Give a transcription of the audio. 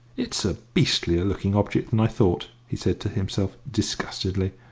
it's a beastlier-looking object than i thought, he said to himself disgustedly.